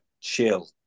chill